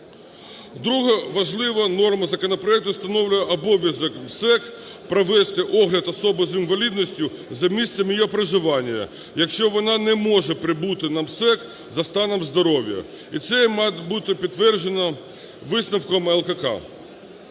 друга важлива норма законопроекту встановлює обов'язок МСЕК провести огляд особи з інвалідністю за місцем її проживання, якщо вона не може прибути на МСЕК за станом здоров'я. І це має бути підтверджено висновком ЛКК.